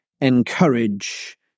encourage